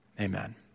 Amen